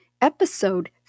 Episode